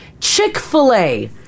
Chick-fil-A